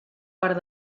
part